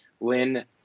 Lynn